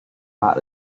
pak